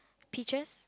peaches